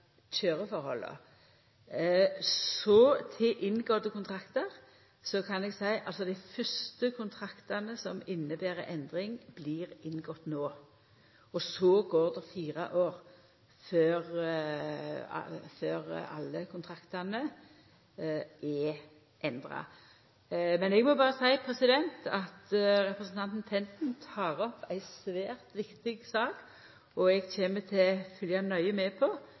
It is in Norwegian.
kan eg seia at dei fyrste kontraktane som inneber ei endring, blir inngått no. Så går det fire år før alle kontraktane er endra. Men eg må berre seia at representanten Tenden tek opp ei svært viktig sak, og eg kjem til å følgja nøye med på